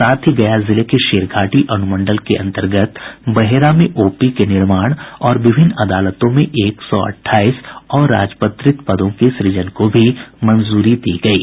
साथ ही गया जिले के शेरघाटी अनुमंडल के अंतर्गत बहेरा में ओपी के सूजन और विभिन्न अदालतों में एक सौ अठाईस अराजपत्रित पदों के सूजन को भी मंजूरी दी गयी